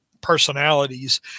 personalities